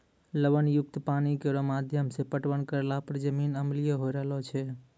लवण युक्त पानी केरो माध्यम सें पटवन करला पर जमीन अम्लीय होय रहलो छै